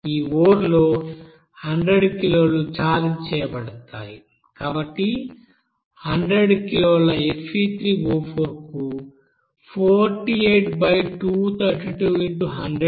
ఈ ఓర్ లో 100 కిలోలు ఛార్జ్ చేయబడతాయి కాబట్టి 100 కిలోల Fe3O4 కు 48232X100 అవసరం